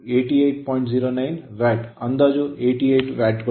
09 watt ಅಂದಾಜು 88 watt ಗಳು